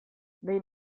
behin